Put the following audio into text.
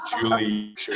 Julie